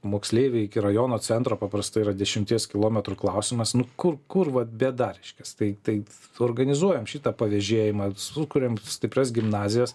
moksleiviai iki rajono centro paprastai yra dešimties kilometrų klausimas nu kur kur vat bėda reiškias tai tai suorganizuojam šitą pavėžėjimą sukuriam stiprias gimnazijas